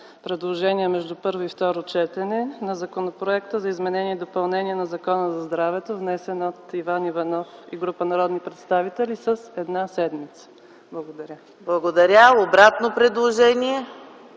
предложения между първо и второ четене на Законопроекта за изменение и допълнение на Закона за здравето, внесен от Иван Иванов и група народни представители, с една седмица. Благодаря. ПРЕДСЕДАТЕЛ ЕКАТЕРИНА